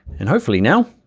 and hopefully now,